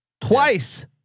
Twice